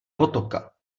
potoka